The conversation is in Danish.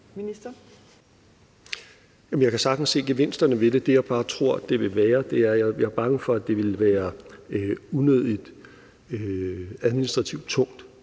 Jeg kan sagtens se gevinsterne ved det. Jeg er bare bange for, at det vil være unødigt administrativt tungt,